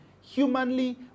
humanly